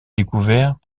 découverts